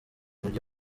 mugi